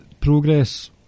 Progress